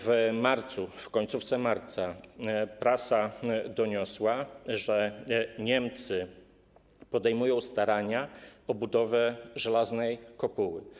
W marcu, w końcówce marca prasa doniosła, że Niemcy podejmują starania o budowę Żelaznej Kopuły.